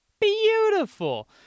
beautiful